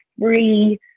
free